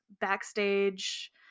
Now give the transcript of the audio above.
backstage